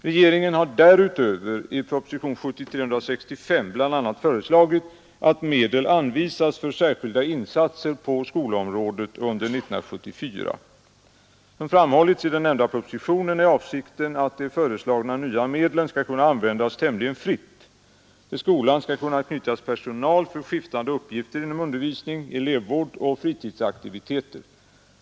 Regeringen har därutöver i propositionen 165 bl.a. föreslagit att medel anvisas för särskilda insatser på skolområdet under år 1974. Som framhållits i den nämnda propositionen är avsikten att de föreslagna nya medlen skall kunna användas tämligen fritt. Till skolan skall kunna knytas personal för skiftande uppgifter inom undervisning, elevvård och fritidsaktiviteter.